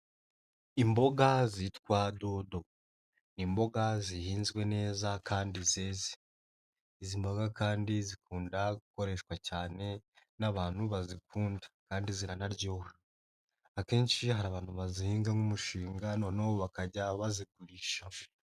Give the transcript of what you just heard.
Imboga zitwa dodo ni imboga zihinzwe neza kandi zeze. Izi mboga kandi zikunda gukoreshwa cyane n'abantu bazikunda, kandi ziranaryoha akenshi iyo hari abantu bazihinga nk'umushinga noneho bakajya bazigurisha.